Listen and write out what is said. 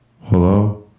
Hello